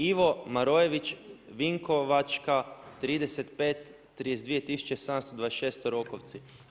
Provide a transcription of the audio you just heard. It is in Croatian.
Ivo Marojević, Vinkovačka 35 32726 Rokovci“